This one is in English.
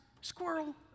squirrel